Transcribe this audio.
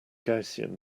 gaussian